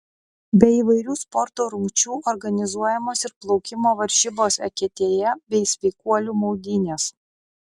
be įvairių sporto rungčių organizuojamos ir plaukimo varžybos eketėje bei sveikuolių maudynės